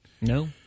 No